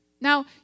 Now